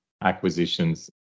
acquisitions